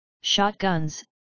shotguns